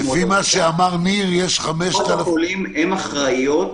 קופות החולים אחראיות